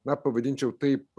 na pavadinčiau taip